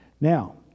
Now